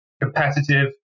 competitive